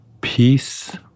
Peace